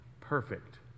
perfect